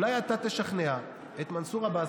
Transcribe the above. אולי אתה תשכנע את מנסור עבאס,